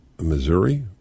Missouri